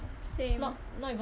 same